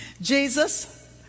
Jesus